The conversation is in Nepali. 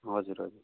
हजुर हजुर